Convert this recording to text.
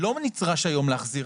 לא נדרש היום להחזיר,